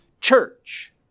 church